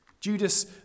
Judas